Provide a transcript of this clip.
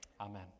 Amen